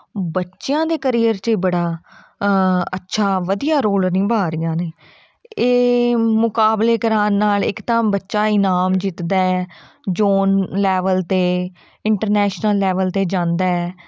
ਬੱਚਿਆਂ ਦੇ ਕਰੀਅਰ 'ਚ ਬੜਾ ਅੱਛਾ ਵਧੀਆ ਰੋਲ ਨਿਭਾ ਰਹੀਆਂ ਨੇ ਇਹ ਮੁਕਾਬਲੇ ਕਰਵਾਉਣ ਨਾਲ ਇੱਕ ਤਾਂ ਬੱਚਾ ਇਨਾਮ ਜਿੱਤਦਾ ਜੋਨ ਲੈਵਲ 'ਤੇ ਇੰਟਰਨੈਸ਼ਨਲ ਲੈਵਲ 'ਤੇ ਜਾਂਦਾ